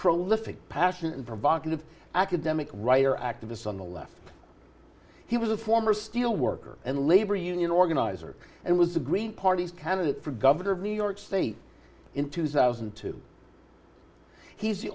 prolific passionate vocative academic writer activists on the left he was a former steel worker and labor union organizer and was the green party's candidate for governor of new york state in two thousand and two he's the